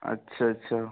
अच्छा अच्छा